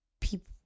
people